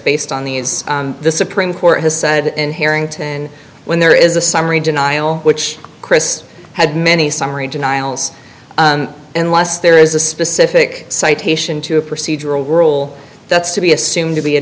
based on the the supreme court has said in harrington when there is a summary denial which chris had many summary denials unless there is a specific citation to a procedural rule that's to be assumed to be a